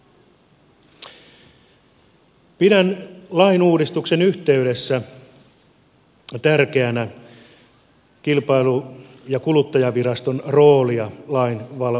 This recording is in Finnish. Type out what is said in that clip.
pidän lain uudistuksen yhteydessä tärkeänä kilpailu ja kuluttajaviraston roolia lain voimaan saattamisessa